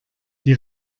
die